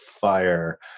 fire